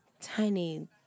tiny